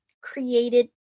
created